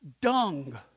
dung